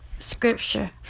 scripture